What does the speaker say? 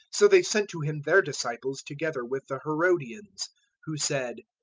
so they sent to him their disciples together with the herodians who said,